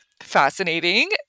fascinating